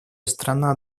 страна